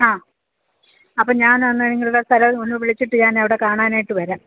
ആ അപ്പം ഞാൻ അന്നേരം നിങ്ങളുടെ സ്ഥലം ഒന്ന് വിളിച്ചിട്ട് ഞാൻ അവിടെ കാണാനായിട്ട് വരാം